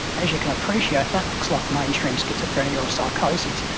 as you can appreciate, that looks like mainstream schizophrenia or psychosis.